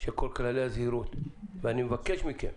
שכל כללי הזהירות ואני מבקש מכם,